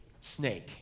Snake